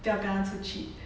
不要跟他出去